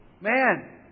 man